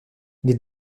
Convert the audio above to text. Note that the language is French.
les